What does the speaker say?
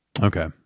Okay